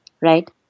right